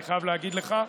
אני חייב להגיד לך,